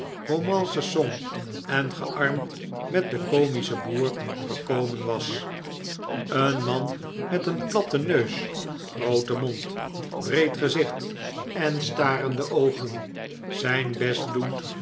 zong en gearmd met den komischen boer gekomen was een man met een platten neus grooten mond breed gezicht en starende oogen zijn best doend